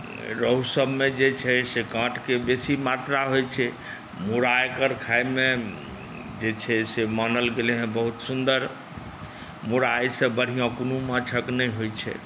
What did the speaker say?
रहु सभमे जे छै से काँटके बेसी मात्रा होइत छै मूड़ा एकर खाइमे जे छै से मानल गेलै हेँ बहुत सुन्दर मूड़ा एहिसँ बढ़िआँ कोनो माछक नहि होइत छै